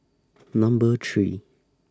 Number three